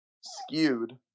skewed